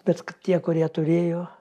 bet tie kurie turėjo